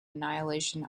annihilation